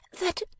That